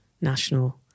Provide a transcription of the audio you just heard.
national